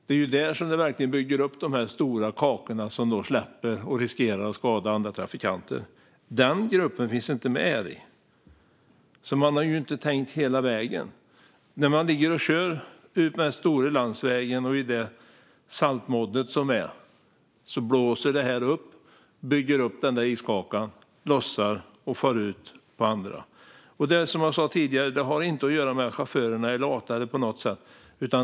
Det är där som de stora kakorna verkligen byggs upp, som släpper och riskerar att skada andra trafikanter. Men den gruppen finns inte med. De har alltså inte tänkt hela vägen. När man ligger och kör utmed stora landsvägen och i den saltmodd som bildas blåser det upp och bygger upp iskakan som lossnar och far ut på andra. Som jag sa tidigare har det inte på något sätt att göra med att chaufförerna skulle vara lata.